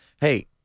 hey